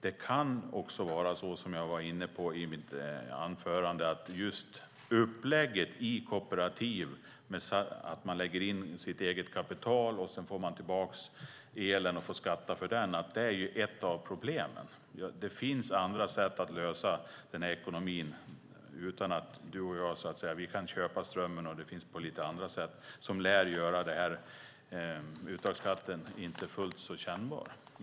Det kan vara såsom jag var inne på i mitt anförande - att just upplägget i kooperativ där man lägger in sitt eget kapital, får tillbaka elen och får skatta för den är ett av problemen. Det finns andra sätt att lösa frågan om ekonomin. Du och jag kan köpa strömmen, och det finns även andra sätt som lär göra att uttagskatten inte blir fullt så kännbar.